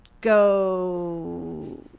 go